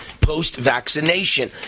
post-vaccination